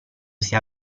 sia